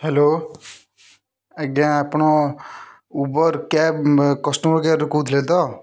hello ଆଜ୍ଞା ଆପଣ Uber cab customer କେୟାରରୁ କହୁଥିଲେ ତ